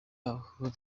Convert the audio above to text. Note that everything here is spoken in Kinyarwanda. y’aho